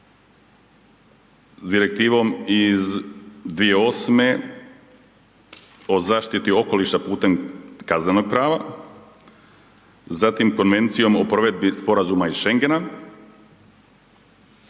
Direktivom iz 2008. o zaštiti okoliša putem kaznenog prava, zatim Konvencijom o provedbi sporazuma iz Šengena,